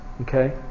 Okay